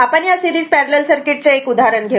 आपण या series parallel circuit चे एक उदाहरण घेऊ